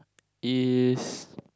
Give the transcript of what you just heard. is